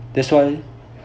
that's why